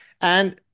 And-